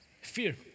fear